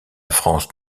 france